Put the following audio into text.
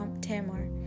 Tamar